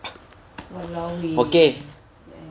okay